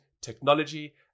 technology